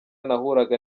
nahuraga